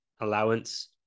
allowance